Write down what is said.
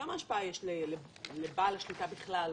--- כמה השפעה יש לבעל השליטה בכלל,